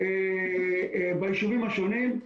ביישובים השונים.